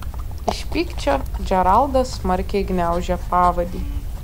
iš pykčio džeraldas smarkiai gniaužė pavadį